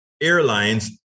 airlines